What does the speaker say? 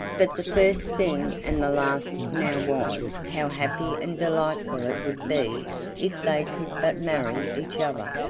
but the first thing and the last now was, how happy and delightful it would be if they could but marry each other,